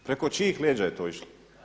Preko čijih leđa je to išlo?